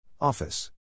Office